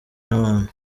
n’abantu